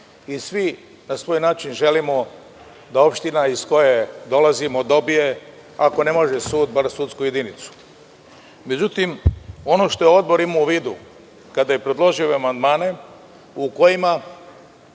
i svi na svoj način želimo da opština iz koje dolazimo dobije, ako ne može sud, bar sudsku jedinicu. Međutim, ono što je Odbor imao u vidu kada je predložio ove amandmane, u kojima